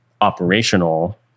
operational